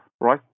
right